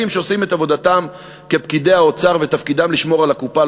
שעושים את עבודתם כפקידי האוצר ותפקידם לשמור על הקופה,